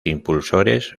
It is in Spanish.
impulsores